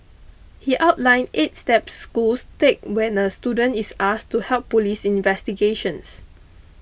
he outlined eight steps schools take when a student is asked to help police investigations